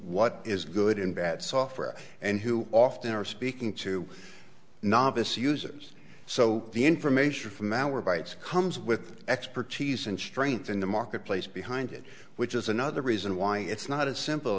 what is good and bad software and who often are speaking to novice users so the information from our bites comes with expertise and strength in the marketplace behind it which is another reason why it's not as simple